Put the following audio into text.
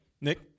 Nick